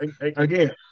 again